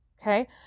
okay